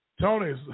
Tony's